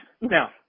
now